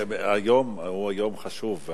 היום הוא יום חשוב.